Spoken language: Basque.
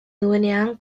duenean